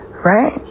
Right